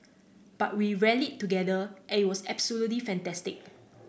but we rallied together and it was absolutely fantastic